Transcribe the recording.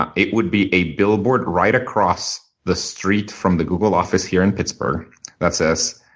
ah it would be a billboard right across the street from the google office here in pittsburgh that says,